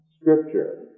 scripture